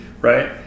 right